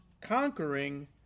conquering